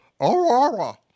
aurora